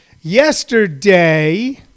Yesterday